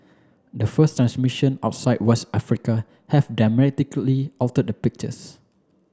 the first transmission outside West Africa have dramatically altered the pictures